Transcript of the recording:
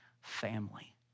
family